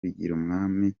bigirumwami